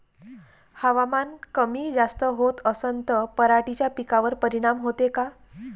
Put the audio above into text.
हवामान कमी जास्त होत असन त पराटीच्या पिकावर परिनाम होते का?